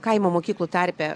kaimo mokyklų tarpe